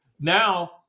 Now